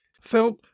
Felt